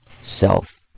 self